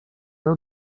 eran